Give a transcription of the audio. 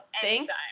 thanks